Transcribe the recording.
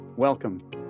Welcome